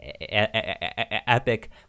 Epic